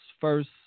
first